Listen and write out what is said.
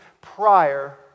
prior